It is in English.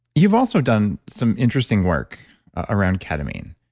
you've also done some interesting work around ketamine.